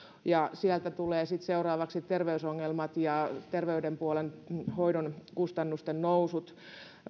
ja sieltä tulee sitten seuraavaksi terveysongelmat ja terveyden puolen hoidon kustannusten nousut